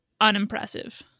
unimpressive